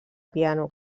piano